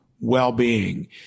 well-being